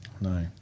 No